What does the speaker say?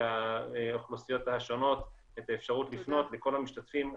לאוכלוסיות השונות את האפשרות לפנות לכל המשתתפים,